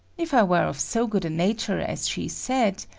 if i were of so good a nature as she said,